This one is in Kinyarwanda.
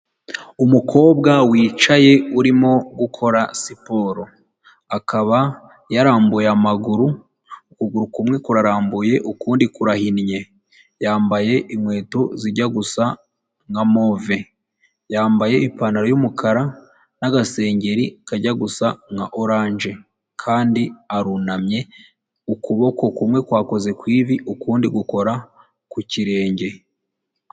Umukobwa wicaye urimo gukora siporo, akaba yarambuye amaguru, ukuguru kumwe kurambuye, ukundi kurahinnye, yambaye inkweto zijya gusa nka move, yambaye ipantaro y'umukara n'agasengeri kajya gusa nka oranje kandi arunamye, ukuboko kumwe kwakoze ku ivi, ukundi gukora ku kirenge.